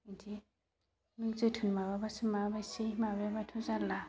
बिदि नों जोथोन माबाबासो माबाबायसै माबायाबाथ' जार्ला